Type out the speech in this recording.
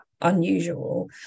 unusual